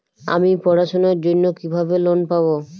আমি পড়াশোনার জন্য কিভাবে লোন পাব?